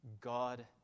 God